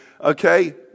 okay